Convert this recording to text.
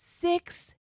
Six